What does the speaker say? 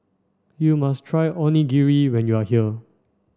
you must try Onigiri when you are here